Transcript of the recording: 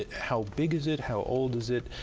how big is it, how old is it?